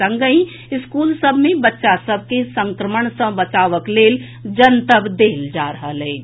संगहि स्कूल सभ मे बच्चा सभ के संक्रमण सँ बचावक लेल जनतब देल जा रहल अछि